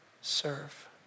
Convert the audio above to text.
serve